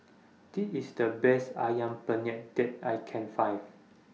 This IS The Best Ayam Penyet that I Can Find